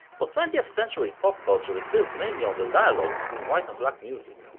but twentieth century pop culture is built mainly on the dialogue between white and black music,